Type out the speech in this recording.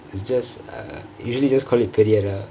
its just uh usually just call it பெரிய ற:periya ra